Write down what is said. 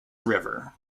river